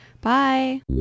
Bye